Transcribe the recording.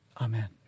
amen